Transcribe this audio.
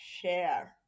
share